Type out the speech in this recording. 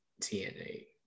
TNA